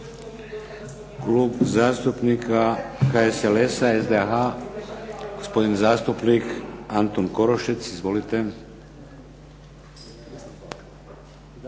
Klub zastupnika HSLS-a SDA gospodin Anton Korošec. Izvolite.